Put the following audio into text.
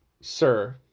Sir